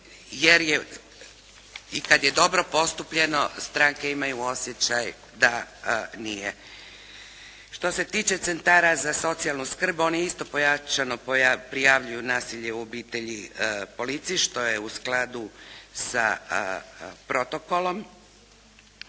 jer je i kada je dobro postupljeno stranke imaju osjećaj da nije. Što se tiče centara za socijalnu skrb oni isto pojačano prijavljuju nasilje u obitelji policiji što je u skladu sa protokolom,